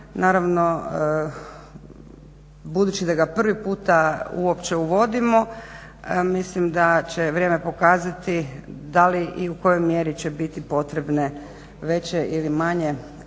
Naravno, budući da ga prvi puta uopće uvodimo mislim da će vrijeme pokazati da li i u kojoj mjeri će biti potrebne veće ili manje promjene